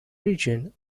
region